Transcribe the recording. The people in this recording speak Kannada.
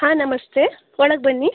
ಹಾಂ ನಮಸ್ತೆ ಒಳಗೆ ಬನ್ನಿ